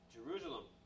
Jerusalem